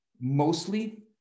mostly